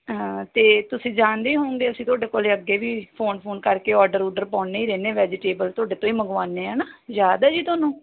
ਅਤੇ ਤੁਸੀਂ ਜਾਣਦੇ ਹੋਊਗੇ ਅਸੀਂ ਤੁਹਾਡੇ ਕੋਲੋਂ ਅੱਗੇ ਵੀ ਫੋਨ ਫੂਨ ਕਰਕੇ ਔਡਰ ਉਡਰ ਪਾਉਂਦੇ ਹੀ ਰਹਿੰਦੇ ਵੈਜੀਟੇਬਲ ਤੁਹਾਡੇ ਤੋਂ ਹੀ ਮੰਗਵਾਉਂਦੇ ਹਾਂ ਨਾ ਯਾਦ ਹੈ ਜੀ ਤੁਹਾਨੂੰ